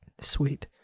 sweet